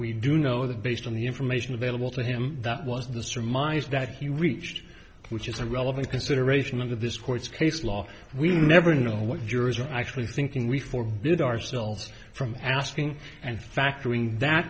we do know that based on the information available to him that was the surmise that he reached which is a relevant consideration of this court's case law we never know what jurors are actually thinking we form it ourselves from asking and factoring that